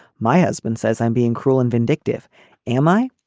my husband says i'm being cruel and vindictive am i.